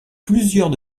plusieurs